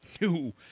No